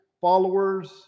followers